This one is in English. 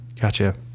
Gotcha